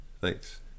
thanks